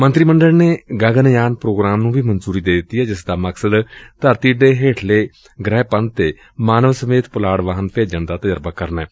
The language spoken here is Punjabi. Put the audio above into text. ਮੰਤਰੀ ਮੰਡਲ ਨੇ ਗਗਨਯਾਨ ਪ੍ਰੋਗਰਾਮ ਨੂੰ ਵੀ ਮਨਜੂਰੀ ਦੇ ਦਿੱਤੀ ਏ ਜਿਸ ਦਾ ਮਕਸਦ ਧਰਤੀ ਦੇ ਹੇਠਲੇ ਗ੍ਹਿ ਮੰਧ ਤੇ ਮਾਨਵ ਸਮੇਤ ਪੁਲਾੜ ਵਾਹਨ ਭੇਜਣ ਦਾ ਤਜਰਬਾ ਕਰਨਾ ਏ